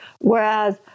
whereas